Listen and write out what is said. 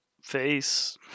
face